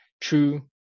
true